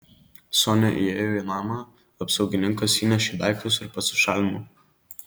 sonia įėjo į namą apsaugininkas įnešė daiktus ir pasišalino